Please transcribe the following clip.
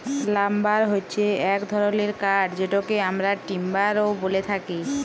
lumber হচ্যে এক ধরলের কাঠ যেটকে আমরা টিম্বার ও ব্যলে থাকি